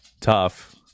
tough